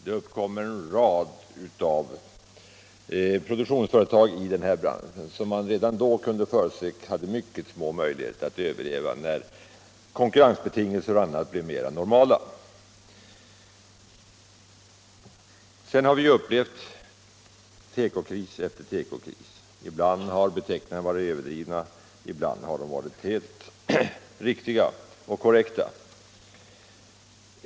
Det uppkom en rad produktionsföretag i den här branschen som man redan då kunde förutse skulle ha mycket små möjligheter att överleva när konkurrensbetingelser och annat blev mera normala. Sedan har vi upplevt tekokris efter tekokris. Ibland har beteckningarna varit överdrivna, ibland har de varit helt korrekta.